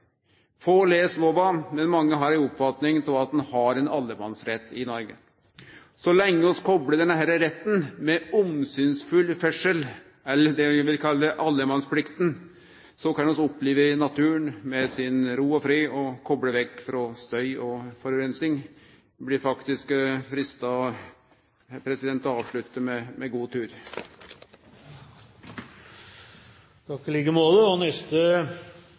Få les lova, men mange har ei oppfatning av at vi har ein allemannsrett i Noreg. Så lenge vi koplar denne retten med omsynsfull ferdsel, eller det eg vil kalle allemannsplikta, kan vi oppleve naturen med si ro og fred og kople av vekk frå støy og forureining. Eg blir faktisk freista til å avslutte med: God tur. Takk, i like måte. Det er Fremskrittspartiets oppfating at dagens lovverk og